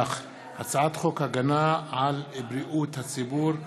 הצעת חוק הגנה על בריאות הציבור (מזון)